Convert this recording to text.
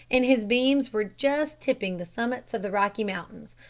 and his beams were just tipping the summits of the rocky mountains,